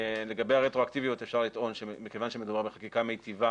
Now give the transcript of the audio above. לגבי הרטרואקטיביות אפשר לטעון שכיוון שמדובר בחקיקה מיטיבה